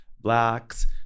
Blacks